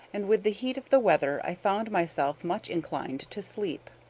and with the heat of the weather i found myself much inclined to sleep.